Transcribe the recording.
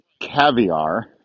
caviar